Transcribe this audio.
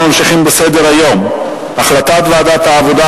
אנחנו ממשיכים בסדר-היום: החלטת ועדת העבודה,